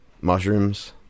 Mushrooms